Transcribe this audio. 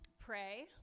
pray